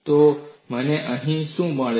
તો મને અહીં શું મળે છે